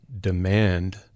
demand